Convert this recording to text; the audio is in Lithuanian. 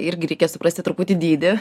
irgi reikia suprasti truputį dydį